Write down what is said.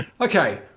okay